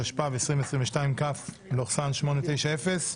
התשפ"ב-2022 (כ/890).